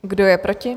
Kdo je proti?